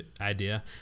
idea